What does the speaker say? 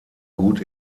gut